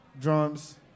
drums